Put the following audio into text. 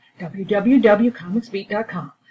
www.comicsbeat.com